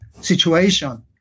situation